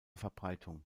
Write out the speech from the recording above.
verbreitung